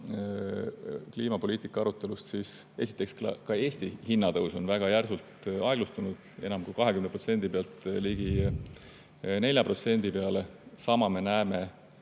kliimapoliitika arutelust –, siis ka Eesti hinnatõus on väga järsult aeglustunud: enam kui 20% pealt ligi 4% peale. Samalaadset